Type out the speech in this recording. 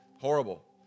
Horrible